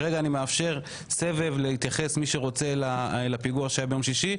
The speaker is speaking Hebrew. כרגע אני מאפשר סבב להתייחס לפיגוע שהיה ביום שישי,